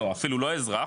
או אפילו לא אזרח,